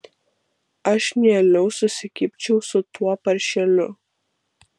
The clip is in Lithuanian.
aš mieliau susikibčiau su tuo paršeliu